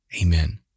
Amen